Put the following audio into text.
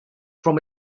from